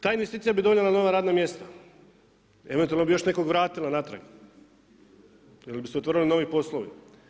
Ta investicija bi donijela nova radna mjesta, eventualno bi još nekog vratila natrag jer bi se otvorili novi poslovi.